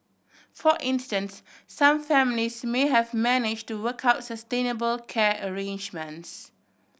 for instance some families may have manage to work out sustainable care arrangements